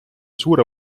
suure